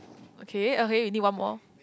okay okay you need one more